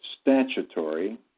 statutory